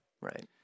Right